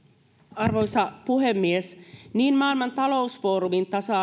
arvoisa puhemies niin maailman talousfoorumin tasa